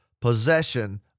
possession